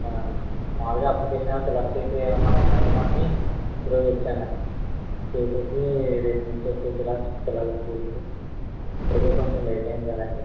మామూలుగా application fill up చేసివి ఏమైనా ఉన్నాయేమో అని ఈరోజు వచ్చానండి చేసేసి రేపటి నుంచి వచ్చేసేలాగా పిల్లలు స్కూలుకి ఇప్పటికే కొంచెం లేట్ అయ్యింది కదండి